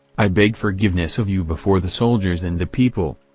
i beg forgiveness of you before the soldiers and the people.